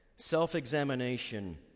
Self-examination